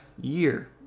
year